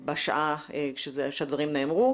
בשעה שהדברים נאמרו.